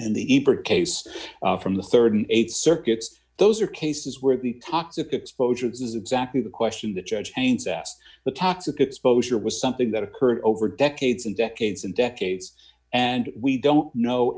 and the ybor case from the thirty eight circuits those are cases where the toxic exposure is exactly the question the judge paints asked the toxic exposure was something that occurred over decades and decades and decades and we don't know